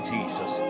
Jesus